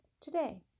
today